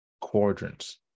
quadrants